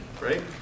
right